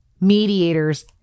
mediators